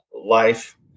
life